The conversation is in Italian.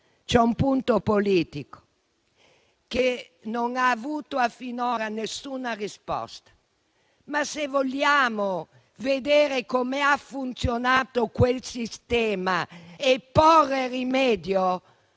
C'è un punto politico, che non ha avuto finora alcuna risposta. Se vogliamo vedere come ha funzionato quel sistema e porvi rimedio,